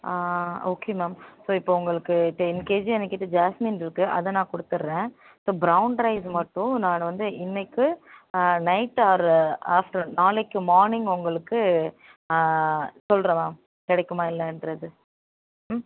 okay ma'am so இப்போ உங்களுக்கு ten கேஜ்ஜாக என்னக்கிட்ட ஜாஸ்மின்ருக்கு அதை நான் கொடுத்தட்றேன் இப்போ ப்ரௌன் ரைஸ் மட்டும் நான் வந்து இன்றைக்கு நைட் ஆர் அஃப்டர்ன் நாளைக்கு மார்னிங் உங்களுக்கு சொல்லுறேன் மேம் கிடைக்குமா இல்லைன்றது ம்